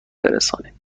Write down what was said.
برسانیم